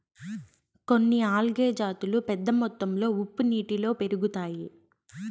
కొన్ని ఆల్గే జాతులు పెద్ద మొత్తంలో ఉప్పు నీళ్ళలో పెరుగుతాయి